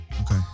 Okay